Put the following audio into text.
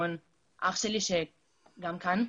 גם אחי נמצא כאן.